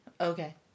Okay